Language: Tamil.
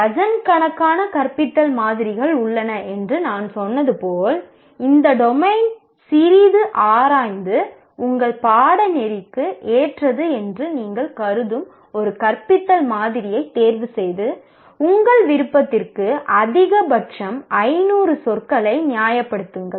டஜன் சிறிது ஆராய்ந்து உங்கள் பாடநெறிக்கு ஏற்றது என்று நீங்கள் கருதும் ஒரு கற்பித்தல் மாதிரியைத் தேர்வுசெய்து உங்கள் விருப்பத்திற்கு அதிகபட்சம் 500 சொற்களை நியாயப்படுத்துங்கள்